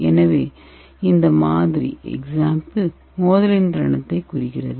எனவே இந்த எடுத்துக்காட்டு மோதலின் தருணத்தைக் குறிக்கிறது